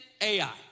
AI